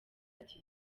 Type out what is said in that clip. ati